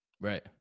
Right